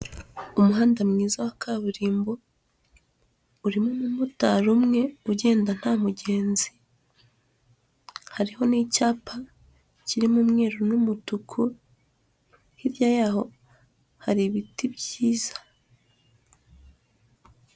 Umuhanda mwiza wa kaburimbo, urimo umumotari umwe ugenda nta mugenzi, hariho n'icyapa kirimo umweru n'umutuku hirya yaho hari ibiti byiza.